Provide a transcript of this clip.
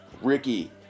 ricky